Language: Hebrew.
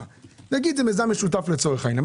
נאמר שזה מיזם משותף לצורך העניין.